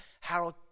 Harold